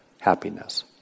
happiness